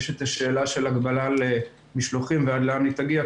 יש את השאלה של ההגבלה על משלוחים ועד לאן היא תגיע.